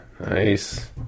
Nice